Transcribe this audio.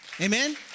Amen